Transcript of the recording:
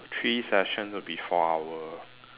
three sessions to be four hours